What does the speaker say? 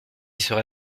serai